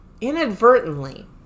Inadvertently